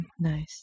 Nice